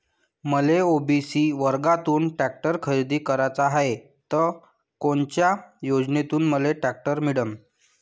मले ओ.बी.सी वर्गातून टॅक्टर खरेदी कराचा हाये त कोनच्या योजनेतून मले टॅक्टर मिळन?